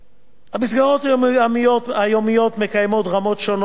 המסגרות היומיות מקיימות רמות שונות של פעילות,